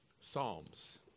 Psalms